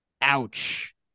Ouch